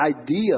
idea